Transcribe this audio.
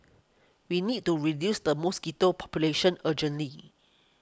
we need to reduce the mosquito population urgently